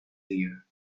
ear